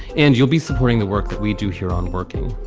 and you'll be supporting the work that we do here on working.